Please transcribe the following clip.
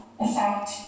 effect